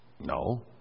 No